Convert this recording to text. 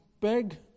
big